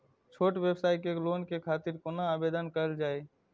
छोट व्यवसाय के लोन के खातिर कोना आवेदन कायल जाय?